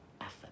effort